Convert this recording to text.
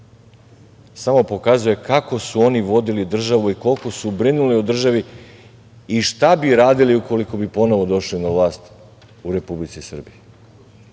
Samo pokazuje kako su oni vodili oni vodili državu i koliko su brinuli o državi i šta bi radili ukoliko bi ponovo došli na vlast u Republici Srbiji. Ako